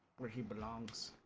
but he belongs